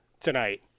tonight